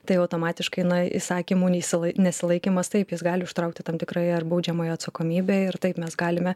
tai automatiškai na įsakymų nesi nesilaikymas taip jis gali užtraukti tam tikrąją ar baudžiamąją atsakomybę ir taip mes galime